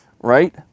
right